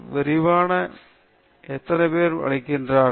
விரிவான வைவாவை எத்தனை பேர் அளித்திருக்கிறார்கள்